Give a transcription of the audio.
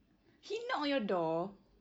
he knock on your door